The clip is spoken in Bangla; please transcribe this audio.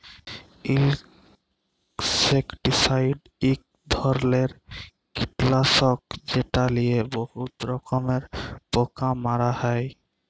ইলসেকটিসাইড ইক ধরলের কিটলাসক যেট লিয়ে বহুত রকমের পোকা মারা হ্যয়